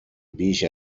بیش